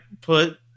put